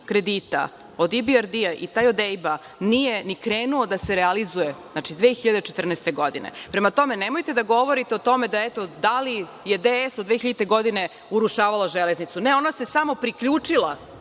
kredita od IBRD-a i taj od AIB nije ni krenuo da se realizuje. Prema tome, nemojte da govorite o tome da li je DS od 2000. godine urušavala železnicu. Ne, ona se samo priključila